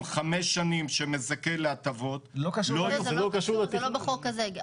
חמש שנים שמזכה להטבות --- זה לא בחוק הזה.